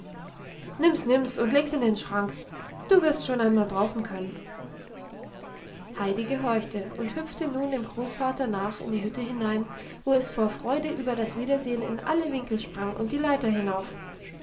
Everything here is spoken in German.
nimm's nimm's und leg's in den schrank du wirst's schon einmal brauchen können heidi gehorchte und hüpfte nun dem großvater nach in die hütte hinein wo es vor freude über das wiedersehen in alle winkel sprang und die leiter hinauf aber